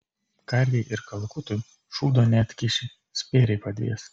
karvei ir kalakutui šūdo neatkiši spėriai padvės